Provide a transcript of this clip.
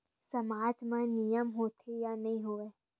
सामाज मा नियम होथे या नहीं हो वाए?